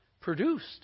produced